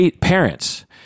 parents